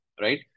right